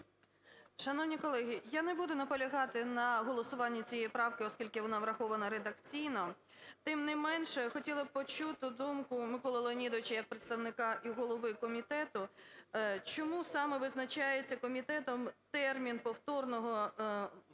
Шановні колеги, я не буду наполягати на голосуванні цієї правки, оскільки вона врахована редакційно. Тим не менше, хотіла би почути думку Миколи Леонідовича як представника і голови комітету, чому саме визначається комітетом термін повторного… повторної